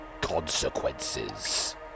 ...consequences